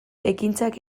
ekintzak